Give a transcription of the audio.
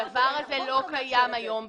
הדבר הזה לא קיים היום בחוק.